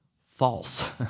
False